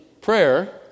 prayer